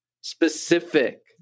specific